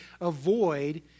avoid